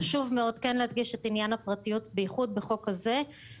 חשוב מאוד להדגיש את עניין הפרטיות במיוחד בחוק הזה,